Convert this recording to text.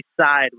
side